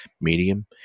medium